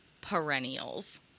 Perennials